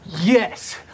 Yes